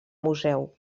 museu